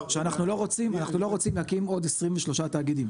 שאנחנו לא רוצים להקים עוד 23 תאגידים.